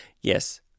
Yes